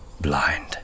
blind